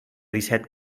disset